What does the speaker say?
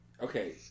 Okay